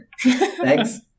Thanks